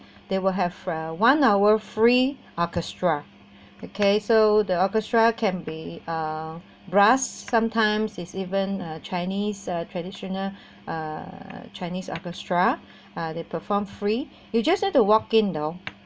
they will have for one hour free orchestra the case so the orchestra can be uh brass sometimes is even a chinese uh traditional uh chinese orchestra uh they perform free you just need to walk-in though